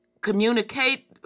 communicate